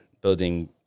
building